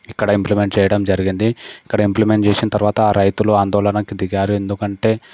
ఇక్కడ ఇంప్లిమెంట్ చేయడం జరిగింది ఇక్కడ ఇంప్లిమెంట్ చేసిన తర్వాత ఆ రైతులు ఆందోళనకు దిగారు ఎందుకంటే